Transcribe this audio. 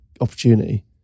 opportunity